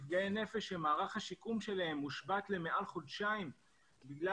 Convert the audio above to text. נפגעי נפש שמערך השיקום שלהם הושבת יותר מחודשיים בגלל